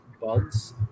bugs